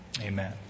Amen